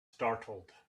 startled